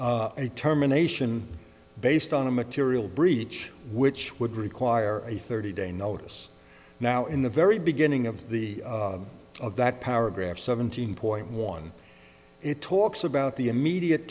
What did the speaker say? a terminations based on a material breach which would require a thirty day notice now in the very beginning of the of that paragraph seventeen point one it talks about the immediate